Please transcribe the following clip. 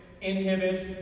inhibits